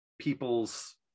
people's